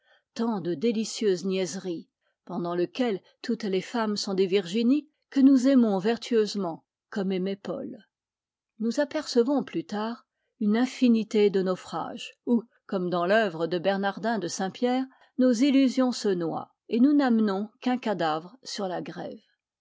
temps de délicieuse niaiserie pendant lequel toutes les femmes sont des virginies que nous aimons vertueusement comme aimait paul nous apercevons plus tard une infinité de naufrages où comme dans l'œuvre de bernardin de saint-pierre nos illusions se noient et nous n'amenons qu'un cadavre sur la grève